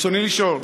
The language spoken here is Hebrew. רצוני לשאול: